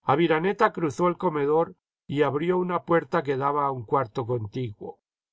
aviraneta cruzó el comedor y abrió una puerta que daba a un cuarto contiguo